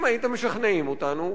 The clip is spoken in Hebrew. אם הייתם משכנעים אותנו,